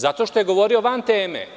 Zato što je govorio van teme.